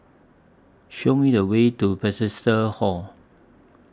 Show Me The Way to Bethesda Hall